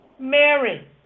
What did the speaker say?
Mary